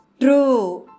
true